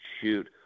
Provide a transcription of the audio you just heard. shoot